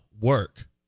work